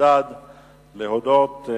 אלדד להודות.